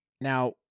Now